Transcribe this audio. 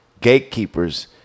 gatekeepers